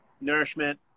nourishment